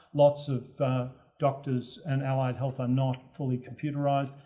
lot's of doctors and allied health are not fully computerized.